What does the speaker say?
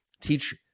teach